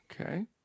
Okay